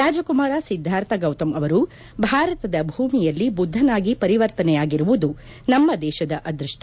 ರಾಜಕುಮಾರ ಸಿದ್ದಾರ್ಥ ಗೌತಮ್ ಅವರು ಭಾರತದ ಭೂಮಿಯಲ್ಲಿ ಬುದ್ಧನಾಗಿ ಪರಿವರ್ತನೆಯಾಗಿರುವುದು ನಮ್ಮ ದೇಶದ ಅದೃಷ್ಟ